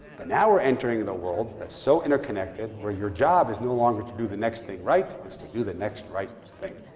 but now we're entering the world that's so interconnected where your job is no longer to do the next thing right. it's to do the next right thing.